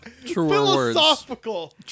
Philosophical